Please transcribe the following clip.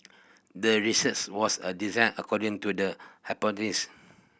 the research was a design according to the hypothesis